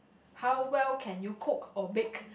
how well can you cook or bake